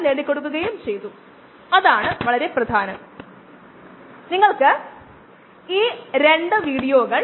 ഈ അളവുകൾക്കായി ഉപയോഗിക്കാൻ കഴിയുന്ന പ്രത്യേക സ്ലൈഡുകൾ ഉണ്ട്